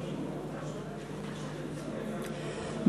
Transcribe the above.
נתקבלו.